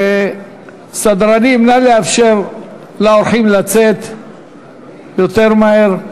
סדרנים, נא לאפשר לאורחים לצאת יותר מהר.